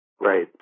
Right